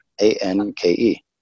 A-N-K-E